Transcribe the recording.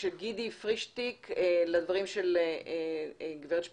גידי פרישטיק לדברים של גברת שפיצר: